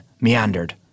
meandered